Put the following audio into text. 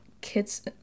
kids